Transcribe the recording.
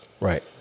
Right